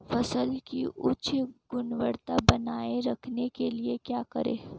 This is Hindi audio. फसल की उच्च गुणवत्ता बनाए रखने के लिए क्या करें?